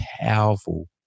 powerful